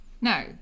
Now